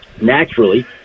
naturally